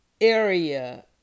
area